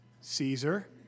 Caesar